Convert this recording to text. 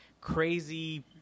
crazy